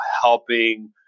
helping